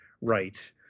right